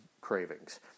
cravings